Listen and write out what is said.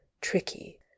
tricky